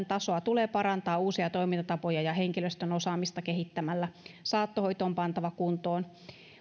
tasoa tulee parantaa uusia toimintatapoja ja henkilöstön osaamista kehittämällä saattohoito on pantava kuntoon